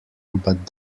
but